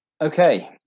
okay